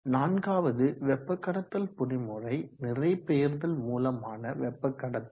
நான்காவது வெப்ப கடத்தல் பொறிமுறை நிறை பெயர்தல் மூலமான வெப்ப கடத்தல்